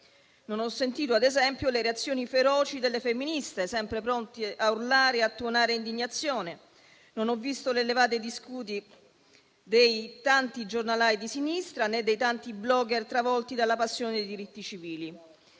Non ho sentito ad esempio le reazioni feroci delle femministe, sempre pronte a urlare e a tuonare indignazione. Non ho visto le levate di scudi dei tanti giornalai di sinistra né dei tanti *blogger* travolti dalla passione dei diritti civili.